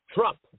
Trump